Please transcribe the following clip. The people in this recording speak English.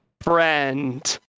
friend